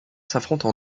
s’affrontent